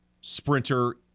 sprinter